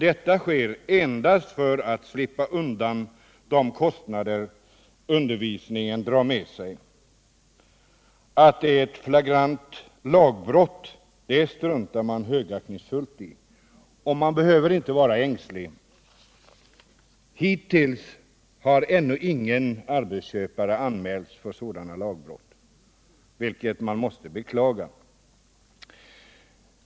Detta sker endast för att arbetsköparna skall slippa undan de kostnader som undervisningen drar med sig. Att det är ett Nagrant lagbrott struntar man högaktningsfullt i. Och man behöver inte vara ängslig. Hittills har ännu ingen arbetsköpare anmälts för sådana lagbrott, vilket man måste beklaga.